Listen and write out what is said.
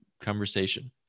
conversation